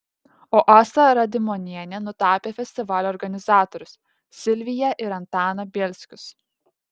o asta radimonienė nutapė festivalio organizatorius silviją ir antaną bielskius